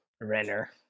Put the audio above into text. Renner